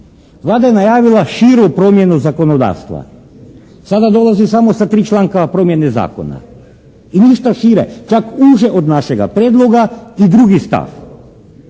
Vlada je najavila širu promjenu zakonodavstva. Sada dolazi samo sa tri članka promjene zakona i ništa šire, čak uže od našega prijedloga i drugi stav.